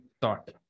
thought